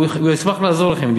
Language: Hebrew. הוא בחר את הדרך האמיתית.